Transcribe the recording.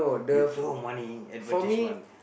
you throw money in advertisement